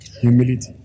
Humility